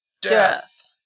death